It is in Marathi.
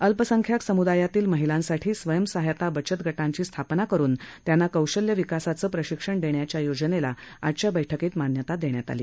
अल्पसंख्याक सम्दायातील महिलांसाठी स्वयंसहाय्यता बचतगटांची स्थापना करुन त्यांना कौशल्य विकासाचे प्रशिक्षण देण्याच्या योजनेला आजच्या बैठकीत मान्यता देण्यात आली